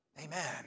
amen